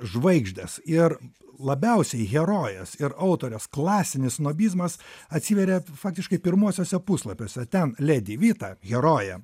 žvaigždės ir labiausiai herojės ir autorės klasinis snobizmas atsiveria faktiškai pirmuosiuose puslapiuose ten ledi vyta herojė